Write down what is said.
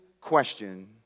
question